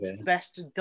best